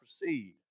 proceed